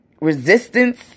resistance